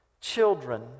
children